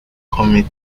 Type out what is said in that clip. comic